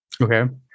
Okay